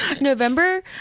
November